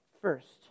first